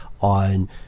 on